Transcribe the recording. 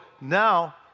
now